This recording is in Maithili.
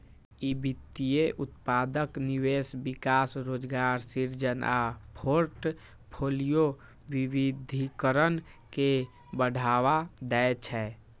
ई वित्तीय उत्पादक निवेश, विकास, रोजगार सृजन आ फोर्टफोलियो विविधीकरण के बढ़ावा दै छै